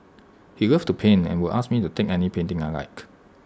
he loved to paint and would ask me to take any painting I liked